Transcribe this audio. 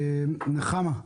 נחמה.